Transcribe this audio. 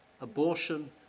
abortion